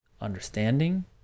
understanding